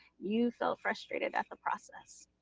you felt frustrated at the process,